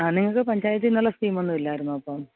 ആ നിങ്ങൾക്ക് പഞ്ചായത്തിൽ നിന്നുള്ള സ്കീമൊന്നും ഇല്ലായിരുന്നോ അപ്പം